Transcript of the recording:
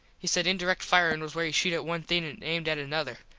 he said indirect firin was where you shot at one thing an aimed at another.